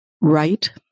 right